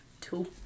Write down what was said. Two